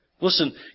Listen